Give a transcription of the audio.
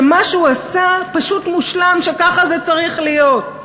שמה שהוא עשה פשוט מושלם, שככה זה צריך להיות.